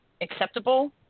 acceptable